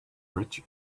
bridge